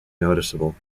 noticeable